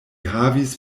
havis